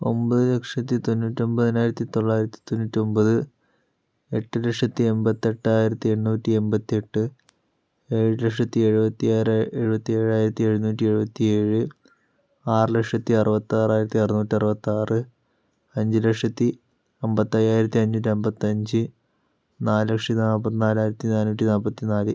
ഒൻപത് ലക്ഷത്തി തൊന്നൂറ്റൊൻപതിനായിരത്തി തൊള്ളായിരത്തി തൊന്നൂറ്റൊൻപത് എട്ട് ലക്ഷത്തി എൺപത്തെട്ടായിരത്തി എണ്ണൂറ്റി എൺപത്തി എട്ട് ഏഴ് ലക്ഷത്തി എഴുപത്തി ആറ് എഴുപത്തേഴായിരത്തി എഴുന്നൂറ്റി എഴുപത്തി ഏഴ് ആറ് ലക്ഷത്തി അറുപത്താറായിരത്തി അറുന്നൂറ്ററുപത്താറ് അഞ്ച് ലക്ഷത്തി അൻപത്തയ്യായിരത്തി അഞ്ഞൂറ്റൻപത്തഞ്ച് നാല് ലക്ഷത്തി നാൽപ്പത്നാലായിരത്തി നാനൂറ്റി നാൽപ്പത്തി നാല്